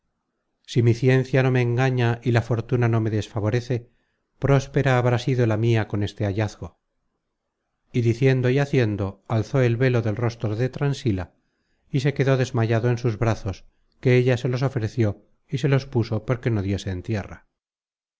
si mi ciencia no me engaña y la fortuna no me desfavorece próspera habrá sido la mia con este hallazgo y diciendo y haciendo alzó el velo del rostro de transila y se quedó desmayado en sus brazos que ella se los ofreció y se los puso porque no diese en tierra